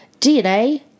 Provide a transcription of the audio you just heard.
DNA